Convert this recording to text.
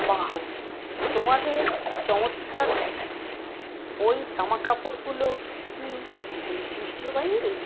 বাহ তোমাদের চমৎকার দেখাচ্ছে ওই জামাকাপড়গুলো কি ঐতিহ্যবাহী